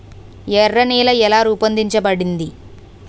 ఎర్ర నేల ఎలా రూపొందించబడింది?